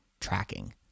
Tracking